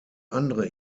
andere